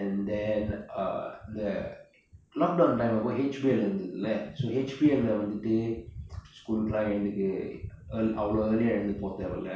and then uh இந்த:intha lockdown time அப்பொ:appo H_B_L இருந்ததுல:irunthathula so H_B_L வந்துட்டு:vanthuttu school எல்லா எழுந்துச்சு:ellaa elunthucchu ear~ அவளொ~ அவ்வளவு:avalo~ avvalavu early எழுந்திருச்சு மோதேவை இல்ல